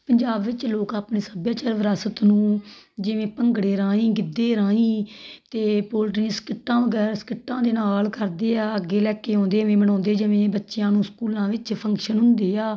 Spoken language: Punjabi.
ਪੰਜਾਬ ਵਿਚ ਲੋਕ ਆਪਣੇ ਸੱਭਿਆਚਾਰ ਵਿਰਾਸਤ ਨੂੰ ਜਿਵੇਂ ਭੰਗੜੇ ਰਾਹੀਂ ਗਿੱਧੇ ਰਾਹੀਂ ਅਤੇ ਪੋਲਟਰੀਸ ਸਕਿੱਟਾਂ ਵਗੈਰਾ ਸਕਿੱਟਾਂ ਦੇ ਨਾਲ ਕਰਦੇ ਆ ਅੱਗੇ ਲੈ ਕੇ ਆਉਂਦੇ ਵੀ ਬਣਾਉਂਦੇ ਜਿਵੇਂ ਬੱਚਿਆਂ ਨੂੰ ਸਕੂਲਾਂ ਵਿੱਚ ਫੰਕਸ਼ਨ ਹੁੰਦੇ ਆ